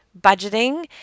budgeting